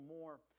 more